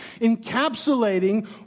encapsulating